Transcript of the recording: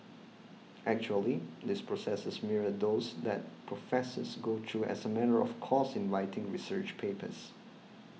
actually these processes mirror those that professors go through as a matter of course in writing research papers